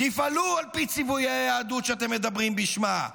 תפעלו על פי ציוויי היהדות, שאתם מדברים בשמה.